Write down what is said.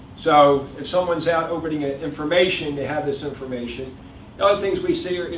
so if someone's out opening ah information, they have this information things we see are, you